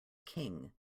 king